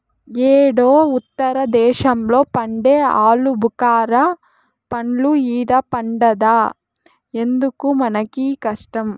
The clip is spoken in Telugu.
యేడో ఉత్తర దేశంలో పండే ఆలుబుకారా పండ్లు ఈడ పండద్దా ఎందుకు మనకీ కష్టం